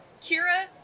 Kira